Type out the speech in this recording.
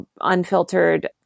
unfiltered